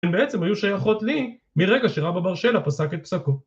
ובעצם היו שייכות לי מרגע שרבה בר שילה פסק את פסקו.